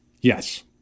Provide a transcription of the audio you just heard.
Yes